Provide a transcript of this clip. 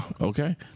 Okay